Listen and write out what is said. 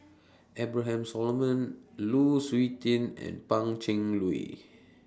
Abraham Solomon Lu Suitin and Pan Cheng Lui